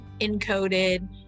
encoded